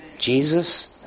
Jesus